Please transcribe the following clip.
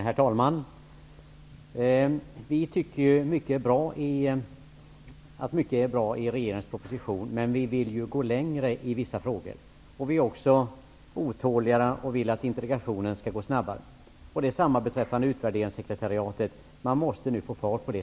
Herr talman! Vi tycker att det finns mycket som är bra i regeringens proposition. Men i vissa frågor vill vi gå ännu längre. Vi är otåligare och vill att integrationen skall gå snabbare. Samma sak gäller Utvärderingssekretariatet, som det nu måste bli fart på.